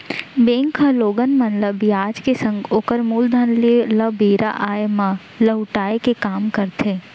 bank ह लोगन मन ल बियाज के संग ओकर मूलधन ल बेरा आय म लहुटाय के काम करथे